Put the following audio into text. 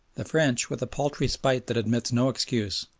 the french, with a paltry spite that admits no excuse,